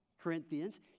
Corinthians